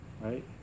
Right